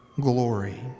glory